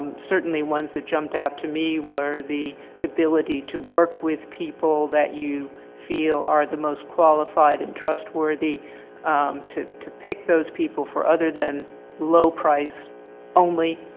um certainly ones that jumped out to me were the ability to work with people that you feel are the most qualified and trustworthy to, to pick those people for other than low price only.